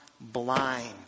blind